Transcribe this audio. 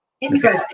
interesting